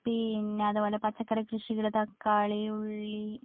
പിന്നെ അതുപോലെ പച്ചക്കറി കൃഷികൾ തക്കാളി ഉള്ളി